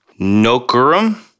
Nokurum